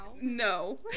No